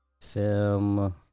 film